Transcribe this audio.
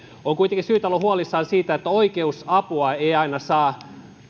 on kuitenkin syytä olla huolissaan siitä että oikeusapua ei aina saa